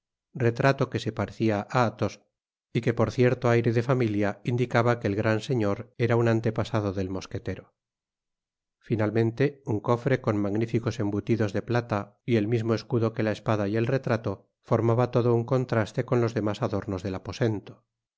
retrato que se parecía á athos y que por cierto aire de familia indicaba que el gran señor era un antepasado del mosquetero finalmente un cofre con magníficos embutidos de piata y el mismo escudo que la espada y el retrato formaba todo un contraste con los demás adoraos del aposento